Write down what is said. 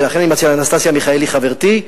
ולכן, אני מציע לאנסטסיה מיכאלי, חברתי,